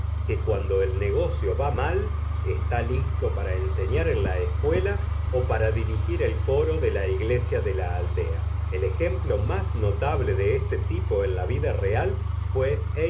que cuando el negocio va mal está listo para enseñar en la escuela o para dirigir el coro de la iglesia de la aldea el ejemplo más notable de este tipo en la vida real fué